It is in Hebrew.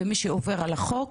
ומי שעובר על החוק,